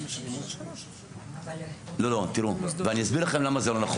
אני אסביר לכם למה זה לא נכון,